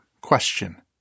Question